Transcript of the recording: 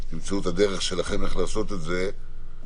תמצאו את הדרך שלכם איך לעשות את זה.